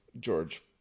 George